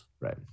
Right